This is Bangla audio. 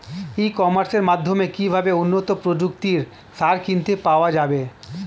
ই কমার্সের মাধ্যমে কিভাবে উন্নত প্রযুক্তির সার কিনতে পাওয়া যাবে?